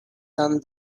done